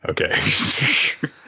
Okay